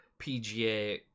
PGA